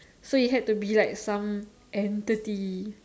so it had to be like some entity